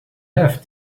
have